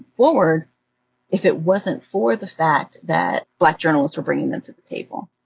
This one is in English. forward if it wasn't for the fact that black journalists are bringing them to the table.